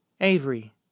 Avery